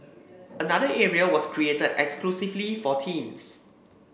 another area was created exclusively for teens